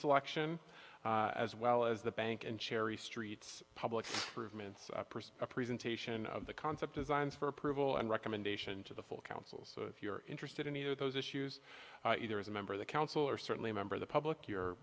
selection as well as the bank and cherry streets public person of presentation of the concept of zines for approval and recommendation to the full councils if you're interested in either of those issues either as a member of the council or certainly a member of the public you're